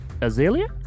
Azalea